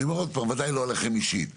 בוודאי לא עליכם אישית.